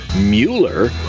Mueller